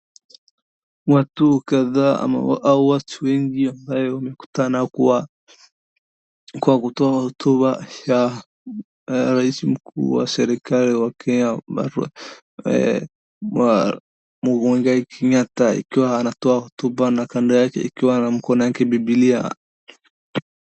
Watu kadhaa au wetu wengi ambaye wamekutana kwa kutoa hotuba ya rais mkuu wa serikali ya Kenya ya Uhuru Muigai Kenyattaa akitoa hotuba na kando yake ikiwa mkono yake Bibilia.